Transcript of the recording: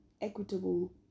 equitable